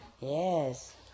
Yes